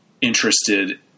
interested